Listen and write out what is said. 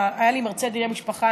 היה לי מרצה לדיני משפחה,